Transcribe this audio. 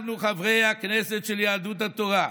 אנחנו, חברי הכנסת של יהדות התורה,